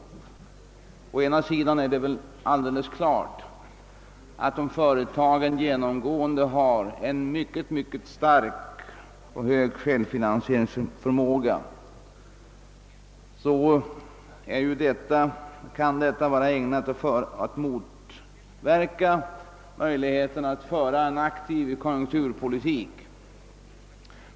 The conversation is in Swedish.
Å ena sidan är det klart att om företagen genomgående har en mycket hög självfinansieringsförmåga kan detta vara ägnat att försvåra möjligheterna att föra en aktiv konjunkturpolitik.